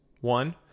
one